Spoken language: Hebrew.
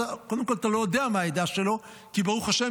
וקודם כול אתה לא יודע מה העדה שלו כי ברוך השם,